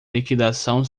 liquidação